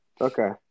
Okay